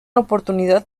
oportunidad